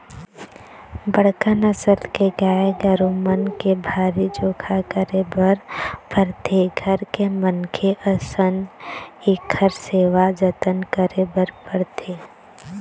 बड़का नसल के गाय गरू मन के भारी जोखा करे बर पड़थे, घर के मनखे असन इखर सेवा जतन करे बर पड़थे